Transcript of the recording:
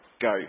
go